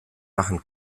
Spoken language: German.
machen